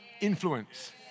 influence